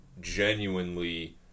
genuinely